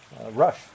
Rush